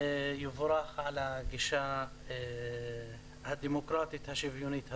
יבורך על הגישה הדמוקרטית והשוויונית הזאת.